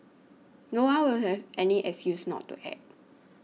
no one will have any excuse not to act